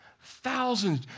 Thousands